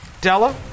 Della